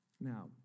Now